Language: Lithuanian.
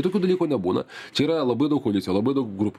tokių dalykų nebūna čia yra labai daug koalicijų labai daug grupių